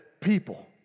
People